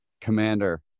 commander